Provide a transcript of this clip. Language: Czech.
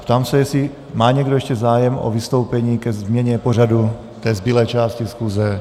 Ptám se, jestli má někdo ještě zájem o vystoupení ke změně pořadu té zbylé části schůze.